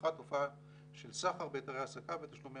התפתחה תופעה של סחר בהיתרי העסקה ותשלומי